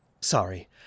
Sorry